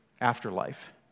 afterlife